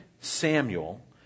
Samuel